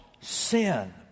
sin